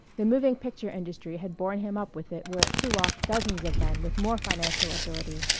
the moving picture industry had borne him up with it where it threw off dozens of men with more financial ability,